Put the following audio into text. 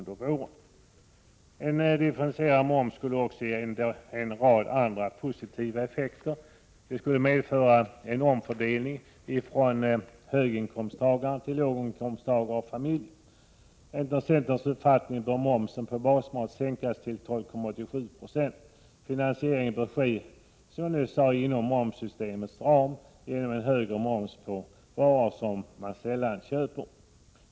Differentierad moms skulle också ge en rad andra positiva effekter. Den skulle medföra en omfördelning från höginkomsttagare till låginkomsttagare och barnfamiljer. Enligt centerns uppfattning bör momsen på basmat sänkas till 12,87 90. Finansieringen bör, som nyss sades, ske inom momssystemets ram genom en högre moms på varor man sällan köper.